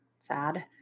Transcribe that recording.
sad